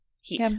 heat